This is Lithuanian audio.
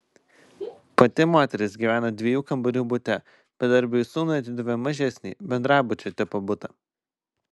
pati moteris gyvena dviejų kambarių bute bedarbiui sūnui atidavė mažesnį bendrabučio tipo butą